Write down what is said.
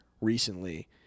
recently